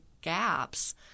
gaps